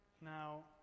Now